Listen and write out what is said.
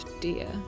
dear